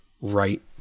right